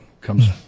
comes